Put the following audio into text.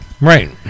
Right